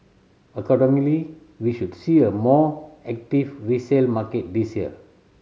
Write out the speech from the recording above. accordingly we should see a more active resale market this year